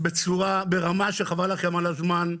ברמה שחבל לכם על הזמן.